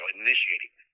initiating